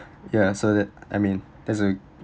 ya so that I mean there's a